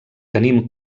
tenim